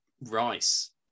rice